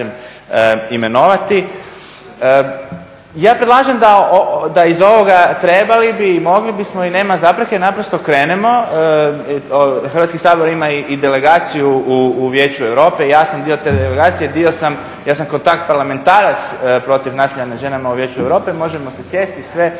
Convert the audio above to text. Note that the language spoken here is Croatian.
Ja predlažem da iz ovoga trebali bi i mogli bismo i nema zapreke naprosto krenemo, Hrvatski sabor ima i delegaciju u Vijeću Europe, ja sam dio te delegacije, ja sam kontakt parlamentarac protiv nasilja nad ženama u Vijeću Europe, možemo sjesti sve